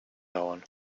dauern